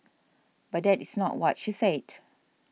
but that is not what she said